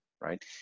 right